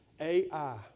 AI